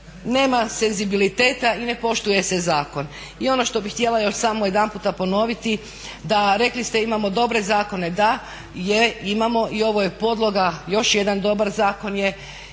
nema senzibiliteta i ne poštuje se zakon. I ono što bih htjela još samo jedanputa ponoviti da, rekli ste imamo dobre zakone. Da, je, imamo i ovo je podloga, još jedan dobar zakon je.